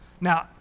Now